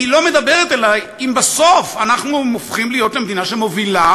לא מדברת אלי אם בסוף אנחנו הופכים למדינה שמובילה